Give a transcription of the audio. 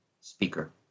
speaker